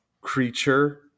creature